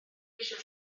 eisiau